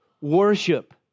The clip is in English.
worship